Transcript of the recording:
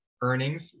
earnings